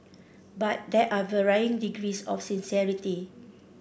but there are varying degrees of sincerity